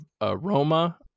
aroma